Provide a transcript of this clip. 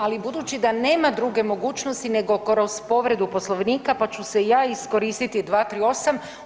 Ali budući da nema druge mogućnosti nego kroz povredu Poslovnika, pa ću i ja iskoristiti 238.